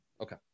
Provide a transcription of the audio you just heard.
Okay